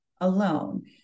alone